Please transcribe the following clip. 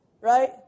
right